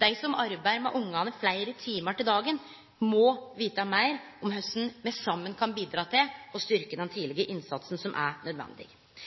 Dei som arbeider med barna fleire timar om dagen, må vite meir om korleis me saman kan bidra til å styrkje den